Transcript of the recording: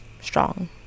strong